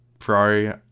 Ferrari